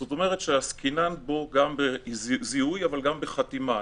זאת אומרת, עסקינן פה גם בזיהוי אבל גם בחתימה.